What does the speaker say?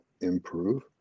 improve